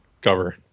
cover